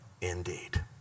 indeed